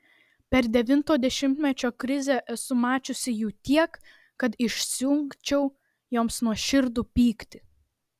per devinto dešimtmečio krizę esu mačiusi jų tiek kad išsiugdžiau joms nuoširdų pyktį